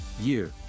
Year